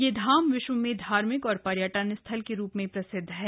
यह धाम विश्व में धार्मिक और पर्यटन स्थल के रूप में प्रसिद्ध है